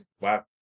Wow